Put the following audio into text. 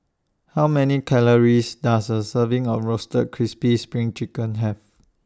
How Many Calories Does A Serving of Roasted Crispy SPRING Chicken Have